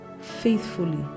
faithfully